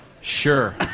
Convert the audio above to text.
Sure